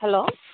hello